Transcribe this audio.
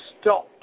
stop